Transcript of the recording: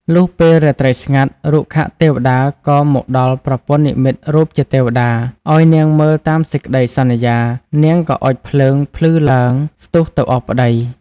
លុះពេលរាត្រីស្ងាត់ រុក្ខទេវតាក៏មកដល់ប្រពន្ធនិម្មិតរូបជាទេវតា ឱ្យនាងមើលតាមសេចក្ដីសន្យា នាងក៏អុជភ្លើងភ្លឺឡើង ស្ទុះទៅអោបប្ដី។